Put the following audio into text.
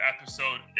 episode